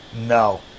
No